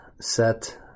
set